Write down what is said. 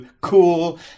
cool